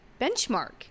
benchmark